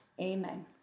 Amen